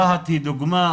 רהט היא דוגמא,